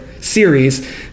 series